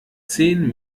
zehn